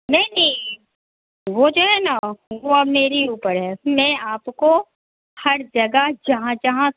नहीं नहीं वो जो है ना वह मेरे ऊपर है मैं आपको हर जगह जहाँ जहाँ